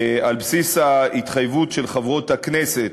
על בסיס ההתחייבות של חברות הכנסת